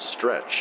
stretch